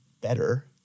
better